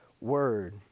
Word